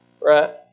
right